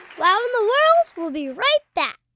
wow in the world will be right back.